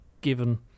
given